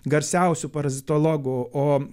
garsiausių parazitologų o